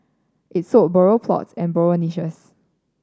it sold burial plots and burial niches